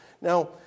Now